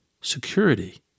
security